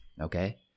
okay